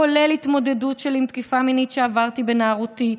כולל התמודדות שלי עם תקיפה מינית שעברתי בנערותי,